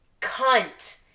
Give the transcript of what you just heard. cunt